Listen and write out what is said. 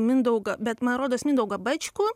mindaugą bet man rodos mindaugą bačkų